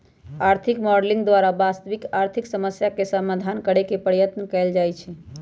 आर्थिक मॉडलिंग द्वारा वास्तविक आर्थिक समस्याके समाधान करेके पर्यतन कएल जाए छै